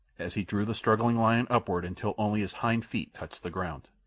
as he drew the struggling lion upward until only his hind feet touched the ground.